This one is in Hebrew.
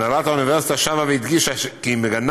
הנהלת האוניברסיטה שבה והדגישה כי היא מגנה